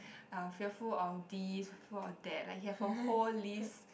uh fearful of this fearful of that like he have a whole list